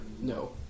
No